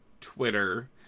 Twitter